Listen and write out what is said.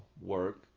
work